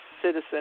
citizen